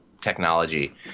technology